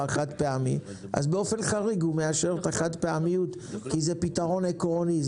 חד-פעמי אז באופן חריג הוא מאשר את החד-פעמיות כי זה פתרון עקרוני,